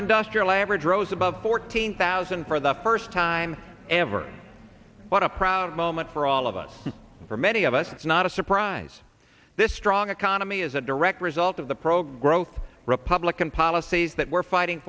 didn't duster elaborate rose above fourteen thousand for the first time ever what a proud moment for all of us for many of us it's not a surprise this strong economy is a direct result of the pro growth republican policies that we're fighting